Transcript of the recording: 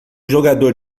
jogador